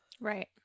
right